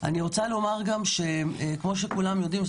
אני רוצה לומר גם שכמו שכולם יודעים,